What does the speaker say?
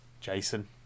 Jason